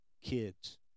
kids